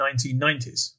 1990s